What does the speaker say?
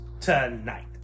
Tonight